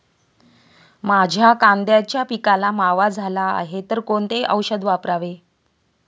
माझ्या कांद्याच्या पिकाला मावा झाला आहे तर कोणते औषध वापरावे?